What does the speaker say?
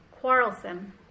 quarrelsome